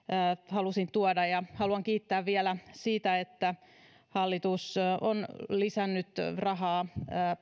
halusin tuoda ja haluan kiittää vielä siitä että hallitus on lisännyt rahaa